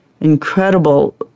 incredible